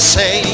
say